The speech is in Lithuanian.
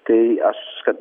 tai aš kad